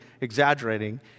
exaggerating